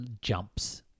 jumps